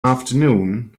afternoon